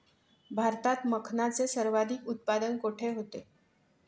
भारतात मखनाचे सर्वाधिक उत्पादन कोठे होते?